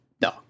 No